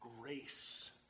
grace